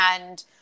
and-